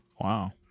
Wow